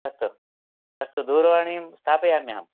अस्तु अस्तु दूरवाणीं स्थापयाम्यहम्